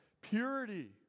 Purity